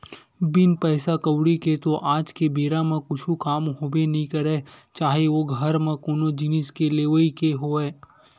बिन पइसा कउड़ी के तो आज के बेरा म कुछु काम होबे नइ करय चाहे ओ घर म कोनो जिनिस के लेवई के होवय